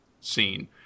scene